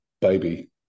baby